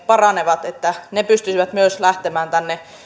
paranevat että ne pystyisivät myös lähtemään tänne